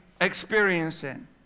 experiencing